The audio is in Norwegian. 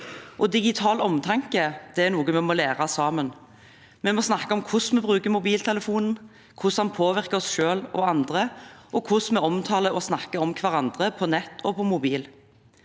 Digital omtanke er noe vi må lære sammen. Vi må snakke om hvordan vi bruker mobiltelefonen, hvordan den påvirker oss selv og andre, og hvordan vi omtaler og snakker om hverandre på nett og på mobil.